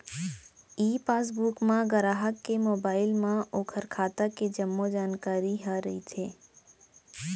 ई passbook म गराहक के मोबाइल म ओकर खाता के जम्मो जानकारी ह रइथे